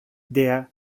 der